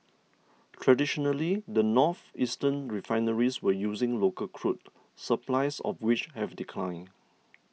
traditionally the northeastern refineries were using local crude supplies of which have declined